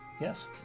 yes